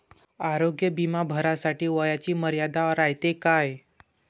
आरोग्य बिमा भरासाठी वयाची मर्यादा रायते काय?